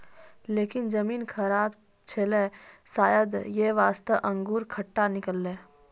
लेकिन जमीन खराब छेलै शायद यै वास्तॅ अंगूर खट्टा निकललै